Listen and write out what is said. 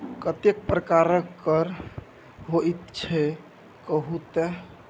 कतेक प्रकारक कर होइत छै कहु तए